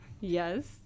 Yes